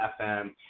FM